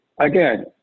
Again